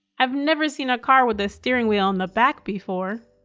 i've never seen a car with a steering wheel in the back before.